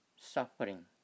Suffering